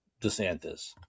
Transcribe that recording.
DeSantis